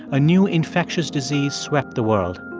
a new infectious disease swept the world.